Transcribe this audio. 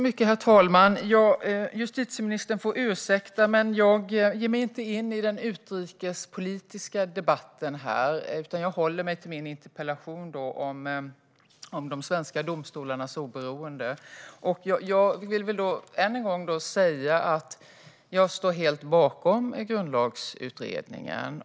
Herr talman! Justitieministern får ursäkta, men jag ger mig inte in i den utrikespolitiska debatten - jag håller mig till min interpellation om de svenska domstolarnas oberoende. Jag vill än en gång säga att jag står helt bakom Grundlagsutredningen.